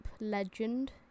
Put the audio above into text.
legend